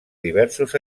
diversos